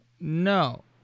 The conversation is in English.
No